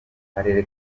akarere